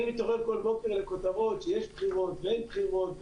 אני מתעורר כל בוקר לכותרות שיש בחירות ושאין בחירות.